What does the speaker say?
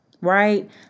Right